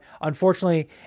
unfortunately